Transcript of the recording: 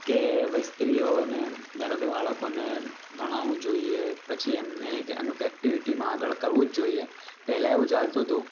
કે ભાઈ સ્ત્રીઓને ધારો કે બાળકોને ભણાવવું જોઈએ પછી એમને અમુક એક્ટીવીટીમાં આગળ કરવું જ જોઈએ પહેલાં એવું ચાલતું હતું